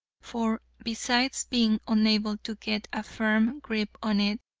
for, besides being unable to get a firm grip on it,